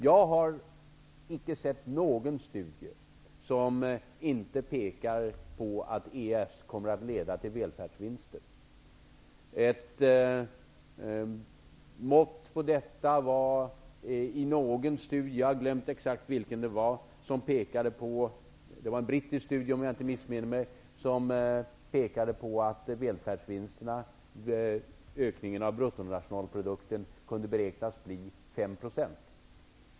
Jag har icke sett någon studie som inte pekar på att EES kommer att leda till välfärdsvinster. Ett mått på detta var att man i en studie -- jag har glömt exakt vilken det var, men det var en brittisk studie om jag inte missminner mig -- pekade på välfärdsvinsterna. Ökningen av bruttonationalprodukten kunde beräknas bli 5 %.